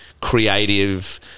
creative